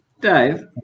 Dave